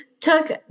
took